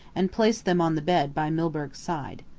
and placed them on the bed by milburgh's side.